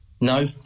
No